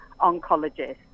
oncologist